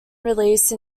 release